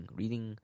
reading